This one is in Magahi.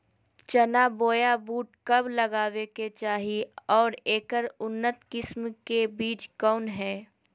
चना बोया बुट कब लगावे के चाही और ऐकर उन्नत किस्म के बिज कौन है?